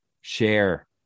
share